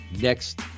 next